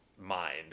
mind